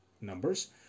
numbers